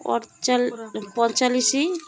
ପଁଇଚାଲିଶି